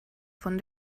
von